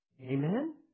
Amen